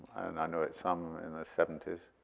and i knew it some in the seventy s.